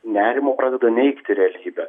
nerimo pradeda neigti realybę